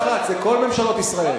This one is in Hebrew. זו לא ממשלה אחת, זה כל ממשלות ישראל.